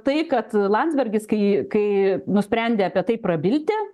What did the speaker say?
tai kad landsbergis kai kai nusprendė apie tai prabilti